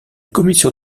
commission